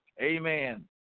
Amen